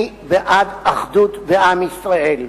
אני בעד אחדות בעם ישראל,